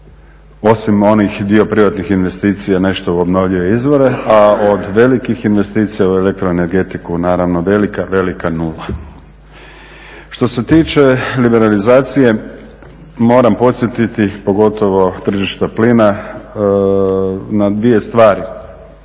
osim onih dio privatnih investicija, nešto u obnovljive izvore, a od velikih investicija u elektroenergetiku naravno velika, velika 0. Što se tiče liberalizacije, moram podsjetiti, pogotovo tržišta plina, na dvije stvari,